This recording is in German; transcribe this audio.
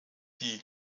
die